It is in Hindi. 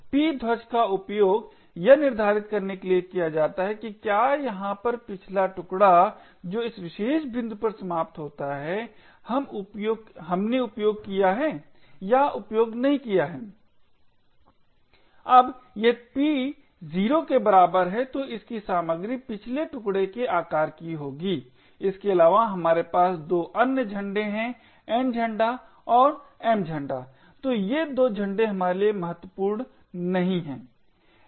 P ध्वज का उपयोग यह निर्धारित करने के लिए किया जाता है कि क्या यहाँ पर पिछला टुकड़ा जो इस विशेष बिंदु पर समाप्त होता है हम उपयोग किया है या उपयोग नहीं किया है अब यदि P 0 के बराबर है तो इसकी सामग्री पिछले टुकडे के आकार की होगी इसके अलावा हमारे पास 2 अन्य झंडे हैं N झंडा और M झंडा हैं तो ये 2 झंडे हमारे लिए बहुत महत्वपूर्ण नहीं हैं